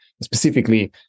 specifically